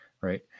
right